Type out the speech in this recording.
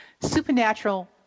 Supernatural